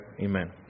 Amen